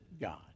God